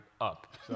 up